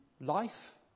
life